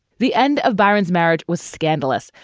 the end of byron's marriage was scandalous,